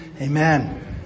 Amen